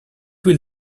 will